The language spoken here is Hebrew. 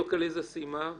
בדיוק עליזה סיימה.